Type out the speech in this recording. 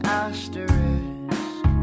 asterisk